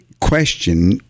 question